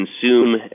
consume